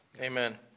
Amen